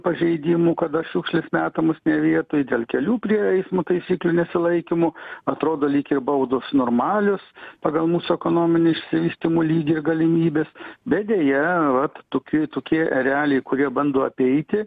pažeidimų kada šiukšlės metamos ne vietoj dėl kelių prie eismo taisyklių nesilaikymo atrodo lyg ir baudos normalios pagal mūsų ekonominį išsivystymo lygį ir galimybes bet deja vat toki tokie ereliai kurie bando apeiti